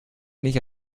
nicht